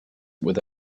with